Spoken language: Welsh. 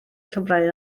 llyfrau